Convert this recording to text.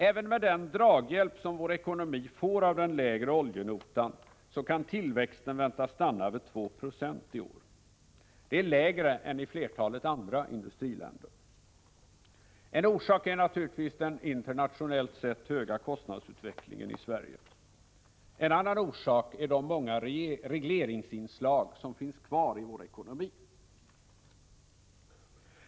Även med den draghjälp som vår ekonomi får av den lägre oljenotan, kan tillväxten väntas stanna vid 2 96 i år. Det är lägre än i flertalet andra industriländer. En orsak är naturligtvis den internationellt sett höga kostnadsutvecklingen i Sverige. En annan orsak är de många regleringsinslag som finns kvar i vår ekonomi.